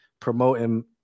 promoting